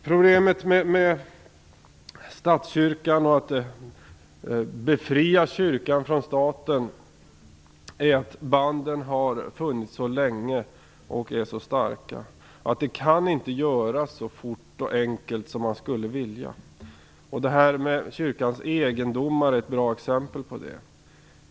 Problemet med statskyrkans befrielse från staten är att banden har funnits så länge och är så starka att den inte kan genomföras så fort och enkelt som man skulle vilja. Kyrkans egendomar är ett bra exempel på detta.